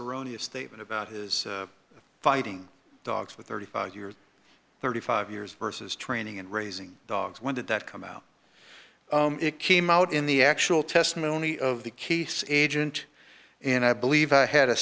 a statement about his fighting dogs with thirty five years thirty five years versus training and raising dogs when did that come out it came out in the actual testimony of the case agent and i believe i had a